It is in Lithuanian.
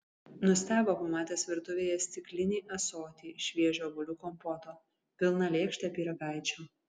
nustebo pamatęs virtuvėje stiklinį ąsotį šviežio obuolių kompoto pilną lėkštę pyragaičių